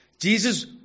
Jesus